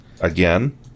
Again